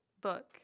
book